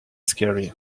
scary